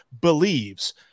believes